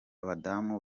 badamu